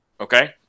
Okay